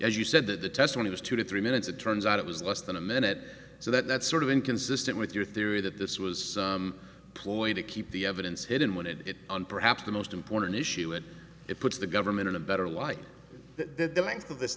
as you said that the testimony was two to three minutes it turns out it was less than a minute so that's sort of inconsistent with your theory that this was a ploy to keep the evidence hidden when it on perhaps the most important issue and it puts the government in a better light that the length of this